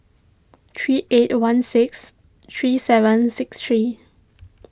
three eight one six three seven six three